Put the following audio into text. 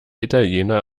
italiener